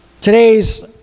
Today's